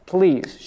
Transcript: Please